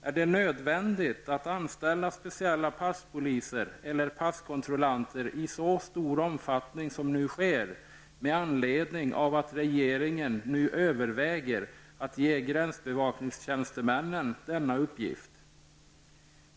Är det nödvändigt att anställa speciella passpoliser eller passkontrollanter i så stor omfattning som nu sker med anledning nu att regeringen överväger att ge gränsbevakningstjänstemännen denna uppgift?